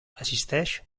assisteix